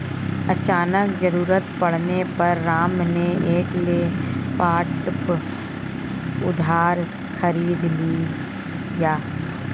अचानक ज़रूरत पड़ने पे राम ने एक लैपटॉप उधार खरीद लिया